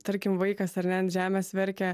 tarkim vaikas ar ne ant žemės verkia